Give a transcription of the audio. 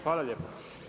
Hvala lijepa.